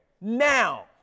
now